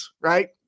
right